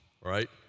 right